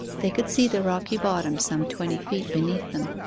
they could see the rocky bottom some twenty feet beneath them,